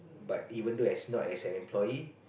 but even though as not as an employee